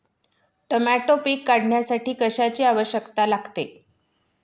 Tomato पीक काढण्यासाठी कशाची आवश्यकता लागते?